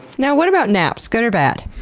now, what about naps? good or bad?